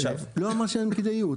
לא בגלל שאין כדאיות,